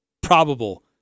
probable